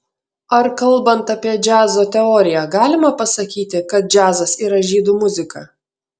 ar kalbant apie džiazo teoriją galima pasakyti kad džiazas yra žydų muzika